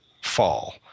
fall